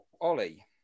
Ollie